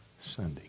Sunday